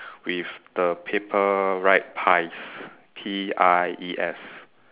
with the paper write pies P I E S